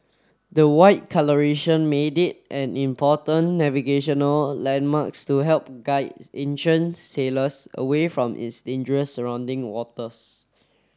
the white colouration made it an important navigational landmarks to help guide ancient sailors away from its dangerous surrounding waters